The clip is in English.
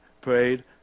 prayed